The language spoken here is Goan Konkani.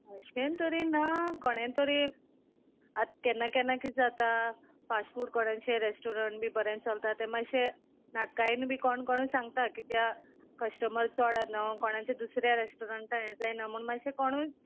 अशें तरी ना कोणेन तरी आतां केन्ना केन्ना किद जाता फास्ट फूड कोणाचें रेस्टोरंट बी बरें चलता तें मातशें नाटकायेन बी कोण कोणूय सांगता कित्या कस्टमर चोड आहा न्हू कोणाचें दुसऱ्या रेस्टोरंटा हें जायना म्हूण मातशें कोणूय